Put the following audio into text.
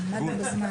הישיבה ננעלה בשעה